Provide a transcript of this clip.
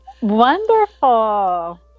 Wonderful